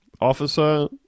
Officer